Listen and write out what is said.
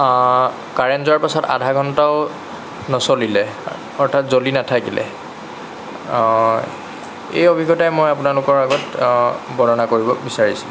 current যোৱাৰ পিছত আধা ঘণ্টাও নচলিলে অৰ্থাৎ জ্বলি নাথাকিলে এই অভিজ্ঞতাই মই আপোনালোকৰ আগত বৰ্ণনা কৰিব বিচাৰিছোঁ